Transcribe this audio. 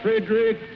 Frederick